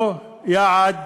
לא יעד